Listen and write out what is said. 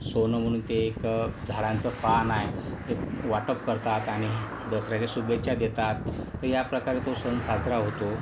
सोनं म्हणून ते एक झाडाचं पान आहे ते वाटप करतात आणि दसऱ्याच्या शुभेच्छा देतात तर या प्रकारे तो सण साजरा होतो